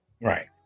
Right